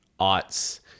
aughts